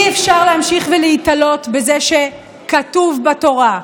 אי-אפשר להמשיך ולהיתלות בזה ש"כתוב בתורה".